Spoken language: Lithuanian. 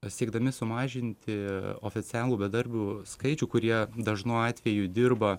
siekdami sumažinti oficialų bedarbių skaičių kurie dažnu atveju dirba